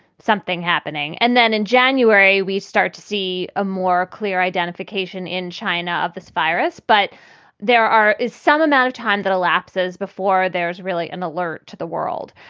something happening. and then in january, we start to see a more clear identification in china of this virus. but there are some amount of time that elapses before there's really an alert to the world.